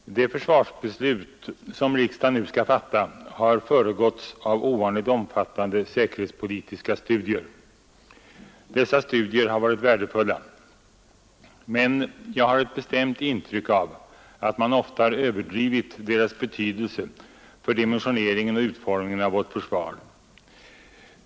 Herr talman! Det försvarsbeslut som riksdagen nu skall fatta har föregåtts av ovanligt omfattande säkerhetspolitiska studier. Dessa studier har varit värdefulla, men jag har ett bestämt intryck av att man ofta har överdrivit deras betydelse för dimensioneringen och utformningen av vårt försvar.